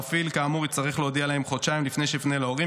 המפעיל כאמור יצטרך להודיע להם חודשיים לפני שיפנה להורים,